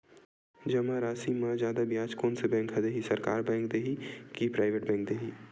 जमा राशि म जादा ब्याज कोन से बैंक ह दे ही, सरकारी बैंक दे हि कि प्राइवेट बैंक देहि?